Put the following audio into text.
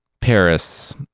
Paris